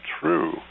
true